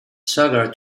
sugar